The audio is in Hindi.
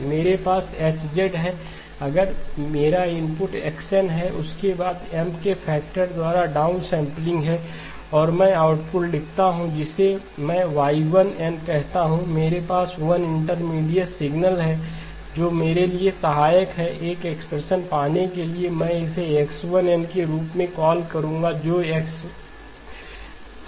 मेरे पास H है अगर मेरा इनपुट x n है उसके बाद M के फैक्टर द्वारा डाउन सैंपलिंग है और मैं आउटपुट लिखता हूं जिसे मैं Y1 n कहता हूं मेरे पास 1 इंटरमीडिएट सिग्नल है जो मेरे लिए सहायक है एक एक्सप्रेशन पाने के लिए में इसे X1 n के रूप में कॉलcall करूँगा जो x